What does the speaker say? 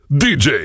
dj